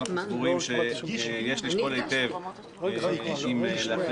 אנחנו סבורים שיש לשקול היטב האם להכריע